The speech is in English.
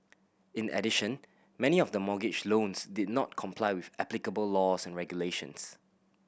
in addition many of the mortgage loans did not comply with applicable laws and regulations